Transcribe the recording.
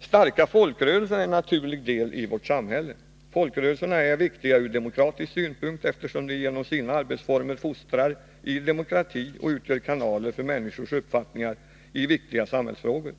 Starka folkrörelser är en naturlig del i vårt samhälle. Folkrörelserna är viktiga ur demokratisk synpunkt, eftersom de genom sina arbetsformer fostrar i demokrati och utgör kanaler för människors uppfattningar i viktiga samhällsfrågor.